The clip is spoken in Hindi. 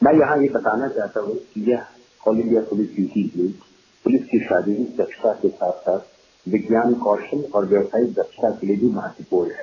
मैं यहां यह बताना चाहता हूँ कि यह all India police meet police की शारीरिक दक्षता के साथ साथ विज्ञान कौशल और व्यवसायिक दक्षता के लिए भी महत्वपूर्ण है